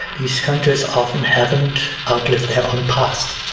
these countries often haven't outlived their own past.